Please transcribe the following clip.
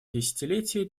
десятилетие